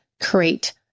create